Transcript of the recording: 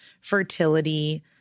fertility